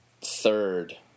third